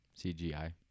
CGI